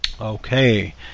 Okay